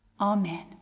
Amen